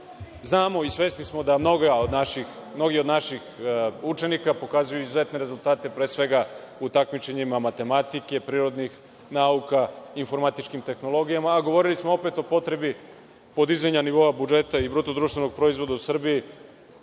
Znamo i svesni smo toga da mnogi od naših učenika pokazuju izuzetne rezultate, pre svega u takmičenjima iz matematike, prirodnih nauka, u informatičkim tehnologijama, a govorili smo opet o potrebi podizanja nivoa budžeta i bruto društvenog proizvoda u Srbiji